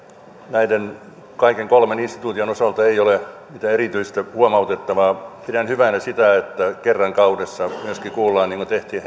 näiden kolmen instituution osalta ei ole mitään erityistä huomautettavaa pidän hyvänä sitä että kerran kaudessa kuullaan niin kuin tehtiin